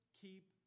keep